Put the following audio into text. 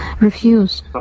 refuse